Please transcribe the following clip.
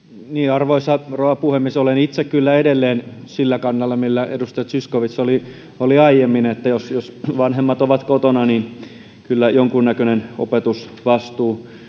arvoisa rouva puhemies olen itse kyllä edelleen sillä kannalla millä edustaja zyskowicz oli oli aiemmin että jos jos vanhemmat ovat kotona niin kyllä jonkunnäköinen opetusvastuu on